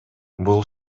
бул